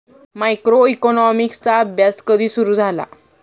मायक्रोइकॉनॉमिक्सचा अभ्यास कधी सुरु झाला?